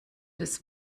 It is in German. des